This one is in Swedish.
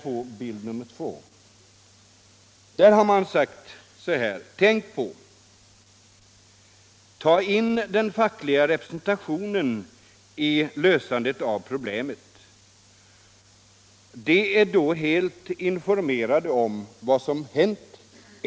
Så här sägs det: Ta in den fackliga representationen i lösandet av problemet. De är då helt informerade om, vad som hänt.